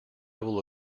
will